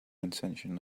intention